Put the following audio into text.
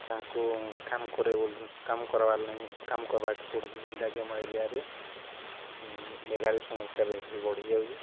ତାଙ୍କୁ କାମ୍ କରେଇ ବୋଲି କାମ୍ କରବାର୍ ନାଇଁ କାମ୍ କର୍ବାକେ ପଡ଼ୁଛେ ଯେନ୍ଟାକି ଆମର୍ ଏରିଆରେ ବେକାରି ସମସ୍ୟା ବେଶୀ ବଢ଼ିଯାଉଛେ